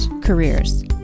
careers